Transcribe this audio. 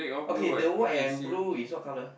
okay the white and blue is what colour